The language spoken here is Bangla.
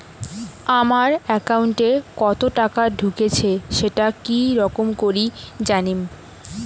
আমার একাউন্টে কতো টাকা ঢুকেছে সেটা কি রকম করি জানিম?